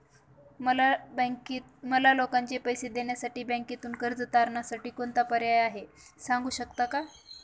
मला लोकांचे पैसे देण्यासाठी बँकेतून कर्ज तारणसाठी कोणता पर्याय आहे? सांगू शकता का?